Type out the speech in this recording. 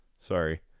Sorry